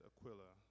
Aquila